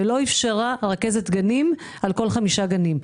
ולא אפשר רכזת גנים על כל חמישה גנים.